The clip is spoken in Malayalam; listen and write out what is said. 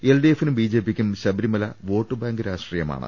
എൽഡിഎഫിനും ബിജെപിക്കും ശബ രിമല വോട്ടുബാങ്ക് രാഷട്രീയമാണ്